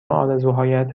آرزوهایت